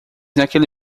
naquele